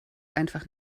einfach